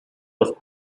los